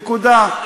נקודה.